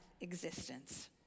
existence